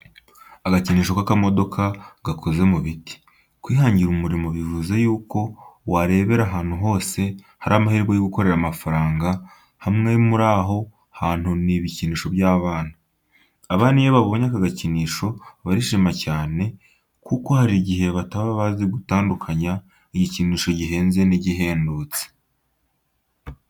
Agakinisho k'akamodoka gakoze mu biti. Kwihangira umurimo bivuze y'uko warebera ahantu hose hari amahirwe yo gukorera amafaranga, hamwe muri aho hantu ni mu bikinisho by'abana. Abana iyo babonye aka gakinisho barishima cyane kuko hari gihe bataba bazi gutandukanya igikinisho gihenze n'igihendutse.